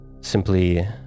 Simply